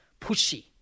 pushy